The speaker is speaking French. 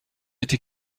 était